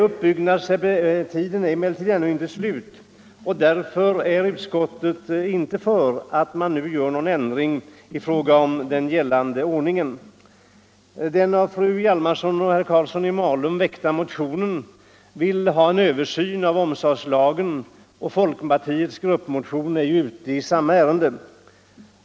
Uppbyggnadstiden är emellertid ännu inte slut, och därför vill inte utskottet att det nu görs någon ändring i den gällande ordningen. I den av fru Hjalmarsson och herr Karlsson i Malung väckta motionen vill man ha en översyn av omsorgslagen, och folkpartiets gruppmotion är ute i samma ärende.